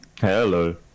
Hello